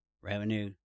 Revenue